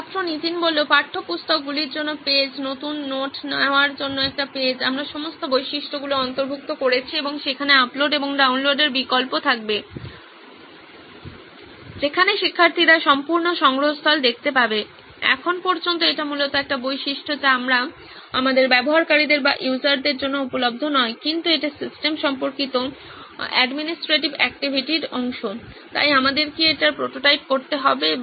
ছাত্র নীতিন পাঠ্যপুস্তকগুলির জন্য পেজ নতুন নোট নেওয়ার জন্য একটি পেজ আমরা সমস্ত বৈশিষ্ট্যগুলি অন্তর্ভুক্ত করেছি এবং সেখানে আপলোড এবং ডাউনলোডের বিকল্প থাকবে যেখানে শিক্ষার্থীরা সম্পূর্ণ সংগ্রহস্থল দেখতে পাবে এখন পর্যন্ত এটি মূলত একটি বৈশিষ্ট্য যা আমাদের ব্যবহারকারীদের জন্য উপলব্ধ নয় কিন্তু এটি সিস্টেম সম্পর্কিত প্রশাসনিক ক্রিয়াকলাপের অংশ তাই আমাদের কি এটির প্রোটোটাইপ করতে হবে বা